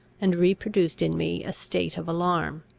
and reproduced in me a state of alarm.